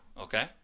Okay